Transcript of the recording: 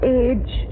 age